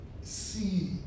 see